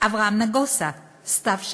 אברהם נגוסה, סתיו שפיר,